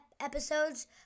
episodes